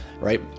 right